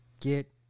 get